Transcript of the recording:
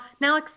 now